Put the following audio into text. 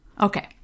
Okay